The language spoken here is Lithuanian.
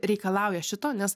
reikalauja šito nes